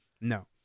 No